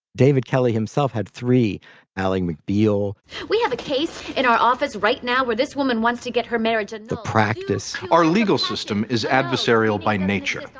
david kelley himself had three ally mcbeal we have a case in our office right now where this woman wants to get her marriage in the practice our legal system is adversarial by nature.